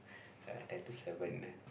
ten to seven